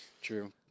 True